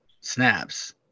snaps